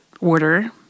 order